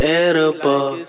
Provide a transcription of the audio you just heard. edible